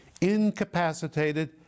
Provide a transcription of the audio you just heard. incapacitated